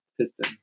Piston